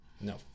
No